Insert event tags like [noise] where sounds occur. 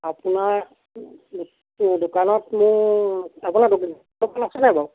আপোনাৰ [unintelligible] দোকানত মোৰ আপোনাৰ [unintelligible] আছেনে বাৰু